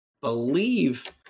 believe